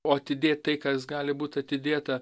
o atidėt tai kas gali būt atidėta